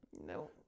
No